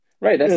Right